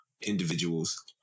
individuals